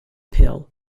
pill